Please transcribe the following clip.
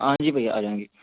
ਹਾਂਜੀ ਭਾਅ ਜੀ ਆ ਜਾਵਾਂਗੇ